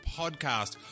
podcast